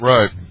Right